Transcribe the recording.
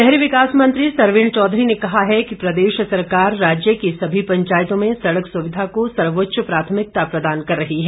सरवीण शहरी विकास मंत्री सरवीण चौधरी ने कहा है कि प्रदेश सरकार राज्य की सभी पंचायतों में सड़क सुविधा को सर्वोच्च प्राथमिकता प्रदान कर रही है